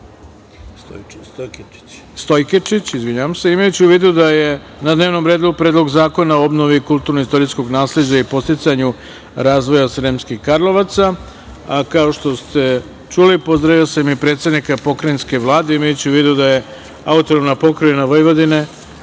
Stojkečić. Imajući u vidu da je na dnevnom redu Predlog zakona o obnovi kulturno-istorijskog nasleđa i podsticanju razvoja Sremskih Karlovaca, a kao što ste čuli pozdravio sam i predsednika Pokrajinske vlade, imajući u vidu da AP Vojvodine